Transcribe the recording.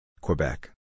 Quebec